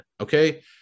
Okay